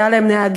היו להם נהגים,